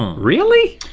really?